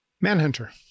Manhunter